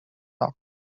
lock